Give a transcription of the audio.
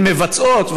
הן מבצעות,